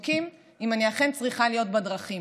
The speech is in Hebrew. ובודקים אם אני אכן צריכה להיות בדרכים.